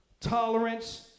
Tolerance